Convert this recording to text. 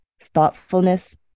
thoughtfulness